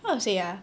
how to say ah